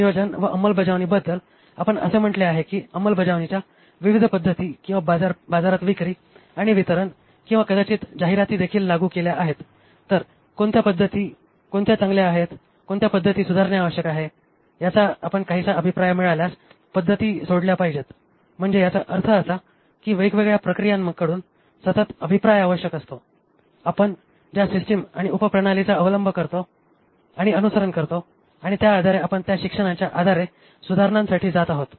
नियोजन व अंमलबजावणीबद्दल आपण असे म्हटले आहे की अंमलबजावणीच्या विविध पद्धती किंवा बाजारात विक्री आणि वितरण किंवा कदाचित जाहिराती देखील लागू केल्या आहेत तर कोणत्या पद्धती कोणत्या चांगल्या आहेत कोणत्या पद्धती सुधारणे आवश्यक आहे याचा आपण काहीसा अभिप्राय मिळाल्यास पद्धती सोडल्या पाहिजेत म्हणजे याचा अर्थ असा आहे की वेगवेगळ्या प्रक्रियांकडून सतत अभिप्राय आवश्यक असतो आणि आपण ज्या सिस्टम आणि उपप्रणालीचा अवलंब करतो आणि अनुसरण करतो आणि त्या आधारे आपण त्या शिक्षणाच्या आधारे सुधारणांसाठी जात आहोत